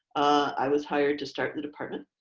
i was hired to start the department.